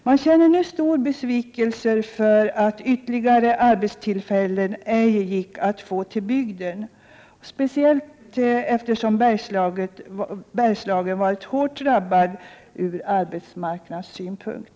Man känner nu stor besvikelse över att ytterligare arbetstillfällen ej gick att få till bygden, särskilt som Bergslagen varit ett hårt drabbat område ur arbetsmarknadssynpunkt.